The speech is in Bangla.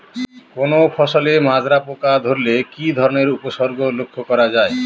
কোনো ফসলে মাজরা পোকা ধরলে কি ধরণের উপসর্গ লক্ষ্য করা যায়?